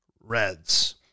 Reds